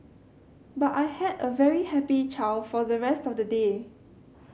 but I had a very happy child for the rest of the day